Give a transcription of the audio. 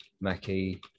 Mackie